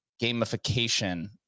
gamification